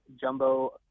jumbo